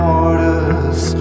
orders